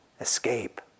Escape